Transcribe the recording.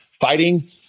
fighting